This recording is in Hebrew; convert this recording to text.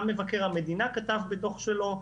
גם מבקר המדינה כתב את זה בדו"ח שלו,